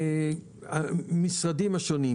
המשרדים השונים,